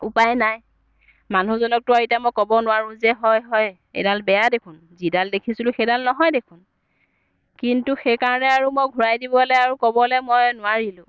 উপায় নাই মানুহজনকতো আৰু এতিয়া মই ক'ব নোৱাৰোঁ যে হয় হয় এইডাল বেয়া দেখোন যিডাল দেখিছিলো সেইডাল নহয় দেখোন কিন্তু সেইকাৰণে আৰু মই ঘূৰাই দিবলৈ আৰু ক'বলৈ মই নোৱাৰিলোঁ